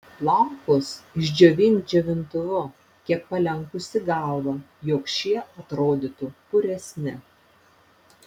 plaukus išdžiovink džiovintuvu kiek palenkusi galvą jog šie atrodytų puresni